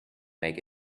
make